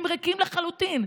הם ריקים לחלוטין.